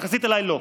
יחסית אליי לא.